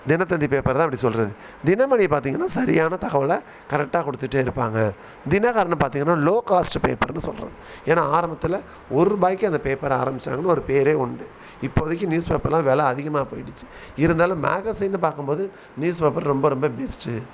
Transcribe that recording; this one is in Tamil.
தினத்தந்தி பேப்பரை தான் அப்படி சொல்கிறது தினமணி பார்த்திங்கன்னா சரியான தகவலை கரெக்டாக கொடுத்துட்டே இருப்பாங்க தினகரனும் பார்த்திங்கன்னா லோ காஸ்ட்டு பேப்பர்னு சொல்கிறது ஏன்னா ஆரம்பத்தில் ஒர் ரூபாய்க்கு அந்த பேப்பரை ஆரம்பிச்சாங்கனு ஒரு பேரே உண்டு இப்போதைக்கு நியூஸ் பேப்பர்லாம் வெலை அதிகமாக போயிடுச்சு இருந்தாலும் மேகஸின்னு பார்க்கும் போது நியூஸ் பேப்பர் ரொம்ப ரொம்ப பெஸ்ட்டு